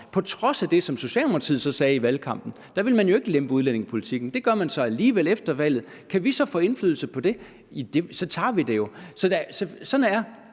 på trods af det som Socialdemokratiet så sagde i valgkampen, for der ville man jo ikke lempe udlændingepolitikken. Det gør man så alligevel efter valget. Kan vi få indflydelse på det, så tager vi den jo. Sådan er